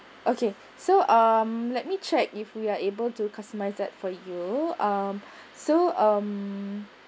okay so um let me check if we are able to customize that for you um so um